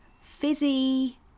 fizzy